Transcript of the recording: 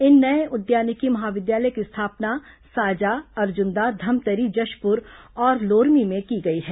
इन नये उद्यानिकी महाविद्यालय की स्थापना साजा अर्जुन्दा धमतरी जशपुर और लोरमी में की गई है